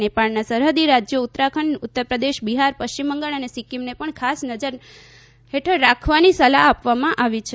નેપાળનાં સરહદી રાજ્યો ઉતરાખંડ ઉત્તરપ્રદેશ બિહાર પશ્રિમ બંગાળ અને સિક્કીમને પણ ખાસ નજર રાખવામાં સલાહ આવી છે